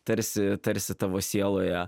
tarsi tarsi tavo sieloje